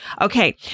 Okay